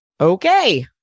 Okay